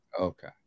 Okay